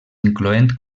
incloent